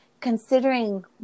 considering